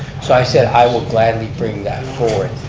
so i said i will gladly bring that forward.